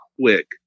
quick